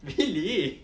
really